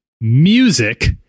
music